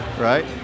right